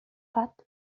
fat